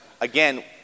again